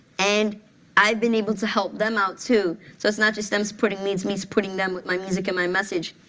and i've been able to help them out, too. so it's not just them supporting me. it's me supporting them with my music and my message.